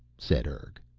said urg.